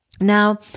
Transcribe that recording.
Now